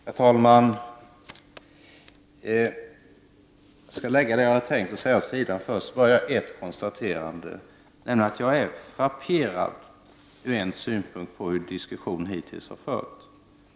Herr talman! Jag skall börja med att göra ett konstaterande, nämligen att jag ur en synpunkt frapperas av hur diskussionen hittills har förts.